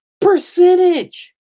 percentage